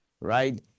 right